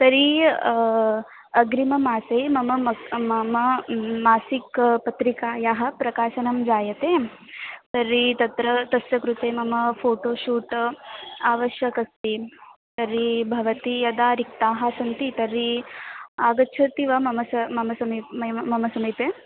तर्हि अग्रिममासे मम मम मम मासिकपत्रिकायाः प्रकाशनं जायते तर्हि तत्र तस्य कृते मम फ़ोटो शूट् आवश्यकम् अस्ति तर्हि भवती यदा रिक्ताः सन्ति तर्हि आगच्छति वा मम सा मम समीपे मया मम समीपे